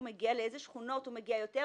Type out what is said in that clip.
זו הדרך היחידה לדעת שזה הגיע לבית של הבן-אדם,